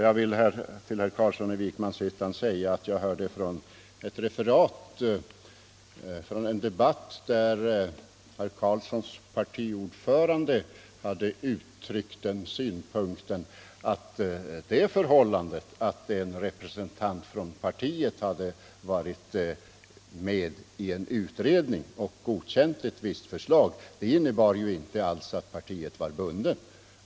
Jag vill till herr Carlsson säga att jag har hört ett referat från en debatt där herr Carlssons partiordförande förklarade att det förhållandet att en representant från partiet hade varit med i en utredning och godkänt ett visst förslag inte alls innebar att partiet var bundet.